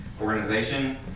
organization